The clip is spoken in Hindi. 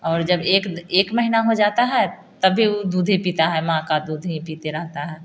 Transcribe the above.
और जब एक एक महीना हो जाता है तब भी दूध ही पीता है माँ का दूध ही पीते रहता है